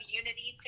unity